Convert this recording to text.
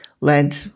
led